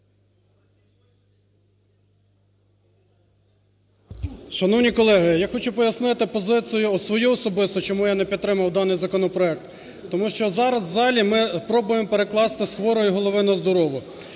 Шановні колеги, я хочу пояснити позицію свою особисту, чому я не підтримую даний законопроект. Тому що зараз в залі ми пробуємо перекласти з хворої голови на здорову.